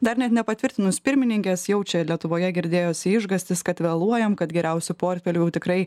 dar net nepatvirtinus pirmininkės jau čia lietuvoje girdėjosi išgąstis kad vėluojam kad geriausių portfelių tikrai